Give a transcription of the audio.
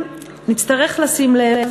נצטרך לשים לב